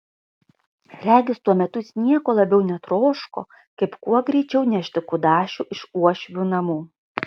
regis tuo metu jis nieko labiau netroško kaip kuo greičiau nešti kudašių iš uošvių namų